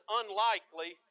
unlikely